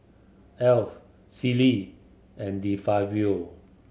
Alf Sealy and De Fabio